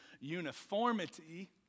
uniformity